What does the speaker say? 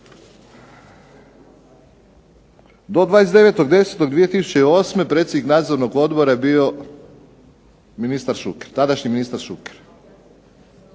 do 29.10.2008. predsjednik Nadzornog odbora je bio ministar Šuker,